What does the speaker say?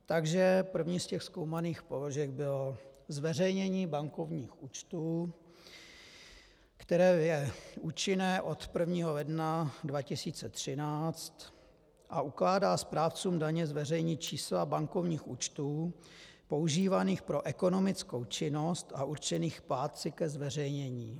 Takže první ze zkoumaných položek bylo zveřejnění bankovních účtů, které je účinné od 1. ledna 2013 a ukládá správcům daně zveřejnit čísla bankovních účtů používaných pro ekonomickou činnost a určených plátci ke zveřejnění.